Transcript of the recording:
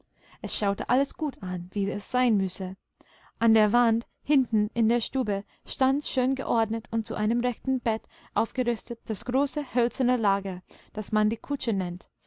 es schaute alles gut an wie es sein müsse an der wand hinten in der stube stand schön geordnet und zu einem rechten bett aufgerüstet das große hölzerne lager das man die kutsche nennt